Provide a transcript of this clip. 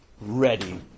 ready